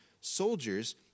soldiers